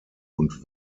und